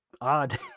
odd